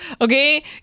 Okay